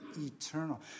eternal